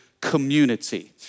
community